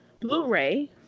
Blu-ray